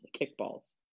kickballs